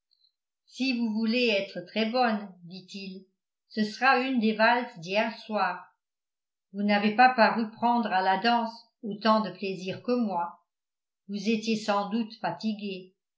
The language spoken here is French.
si vous voulez être très bonne dit-il ce sera une des valses d'hier soir vous n'avez pas paru prendre à la danse autant de plaisir que moi vous étiez sans doute fatiguée